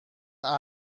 تمام